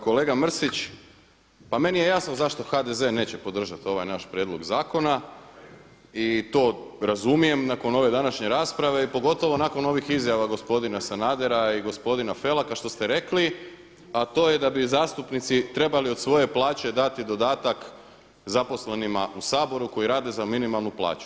Kolega Mrsić, pa meni je jasno zašto HDZ neće podržati ovaj naš prijedlog zakona i to razumijem nakon ove današnje rasprave i pogotovo nakon ovih izjava gospodina Sanadera i gospodina Felaka što ste rekli, a to je da bi zastupnici trebali od svoje plaće dati dodatak zaposlenima u Saboru koji rade u Saboru za minimalnu plaću.